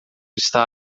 está